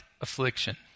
affliction